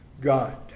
God